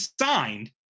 signed